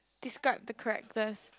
describe the characters